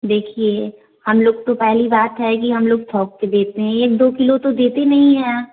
देखिए हम लोग तो पहली बात है कि हम लोग थोक के बेचते हैं एक दो किलो तो देते नहीं हैं